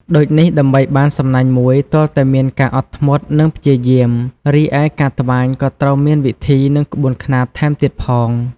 ដូចនេះដើម្បីបាន សំណាញ់មួយទាល់តែមានការអត់ធ្មត់និងព្យាយាម រីឯការត្បាញក៏ត្រូវមានវិធី និងក្បួនខ្នាតថែមទៀតផង។